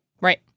Right